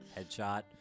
headshot